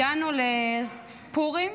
הגענו לפורים,